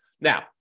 Now